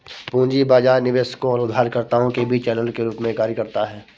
पूंजी बाजार निवेशकों और उधारकर्ताओं के बीच चैनल के रूप में कार्य करता है